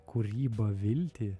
kūryba viltį